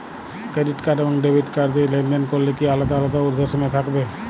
Credit card এবং debit card দিয়ে লেনদেন করলে কি আলাদা আলাদা ঊর্ধ্বসীমা থাকবে?